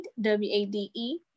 w-a-d-e